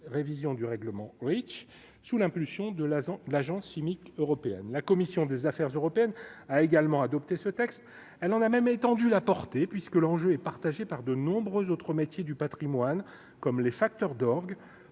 révision du règlement Reach, sous l'impulsion de l'argent, l'Agence chimique européenne, la commission des Affaires européennes a également adopté ce texte, elle en a même étendu la portée, puisque l'enjeu est partagé par de nombreux autres métiers du Patrimoine comme les facteurs d'orgues,